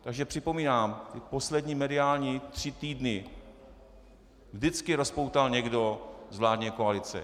Takže připomínám: Ty poslední mediální tři týdny vždycky rozpoutal někdo z vládní koalice.